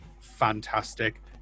fantastic